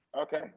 Okay